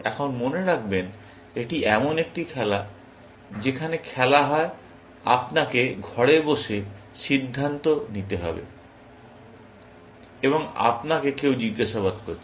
এখন মনে রাখবেন এটি এমন একটি খেলা যেখানে খেলা হয় আপনাকে ঘরে একা বসে সিদ্ধান্ত নিতে হবে এবং আপনাকে কেউ জিজ্ঞাসাবাদ করেছে